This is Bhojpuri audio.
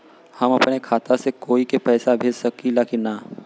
हम अपने खाता से कोई के पैसा भेज सकी ला की ना?